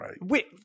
right